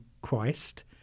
Christ